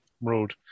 road